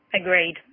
Agreed